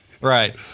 right